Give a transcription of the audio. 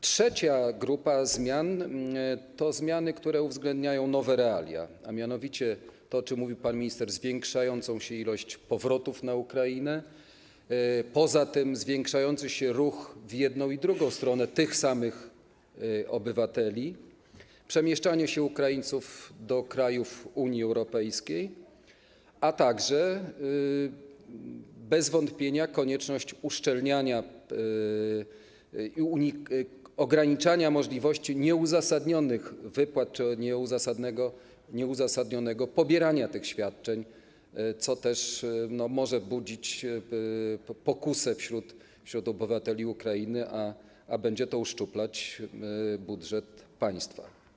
Trzecia grupa zmian to zmiany, które uwzględniają nowe realia, a mianowicie to jest to, o czym mówił pan minister, a więc zwiększająca się ilość powrotów na Ukrainę, poza tym zwiększający się ruch w jedną i w drugą stronę tych samych obywateli, przemieszczanie się Ukraińców do krajów Unii Europejskiej, a także bez wątpienia konieczność uszczelniania, ograniczania możliwości nieuzasadnionych wypłat czy nieuzasadnionego pobierania świadczeń, co też może budzić pokusę wśród obywateli Ukrainy, a będzie to uszczuplać budżet państwa.